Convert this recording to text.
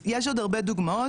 אז יש עוד הרבה דוגמאות,